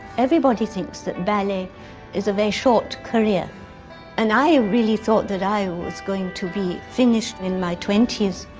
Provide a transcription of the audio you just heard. everybody thinks that ballet is a very short career and i really thought that i was going to be finished in my twenty s.